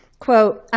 quote,